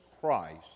christ